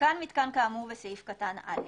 הותקן מיתקן כאמור בסעיף קטן (א)